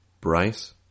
Bryce